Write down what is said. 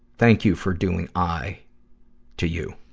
thank you for doing i to you.